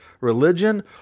religion